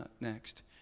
next